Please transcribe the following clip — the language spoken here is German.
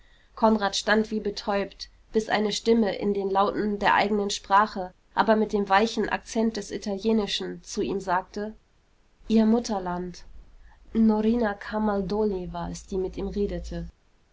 konrad stand wie betäubt bis eine stimme in den lauten der eigenen sprache aber mit dem weichen akzent des italienischen zu ihm sagte ihr mutterland norina camaldoli war es die mit ihm redete